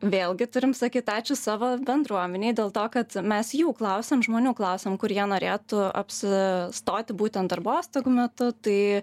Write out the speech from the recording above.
vėlgi turim sakyt ačiū savo bendruomenei dėl to kad mes jų klausėm žmonių klausėm kur jie norėtų apsistoti būtent darbostogų metu tai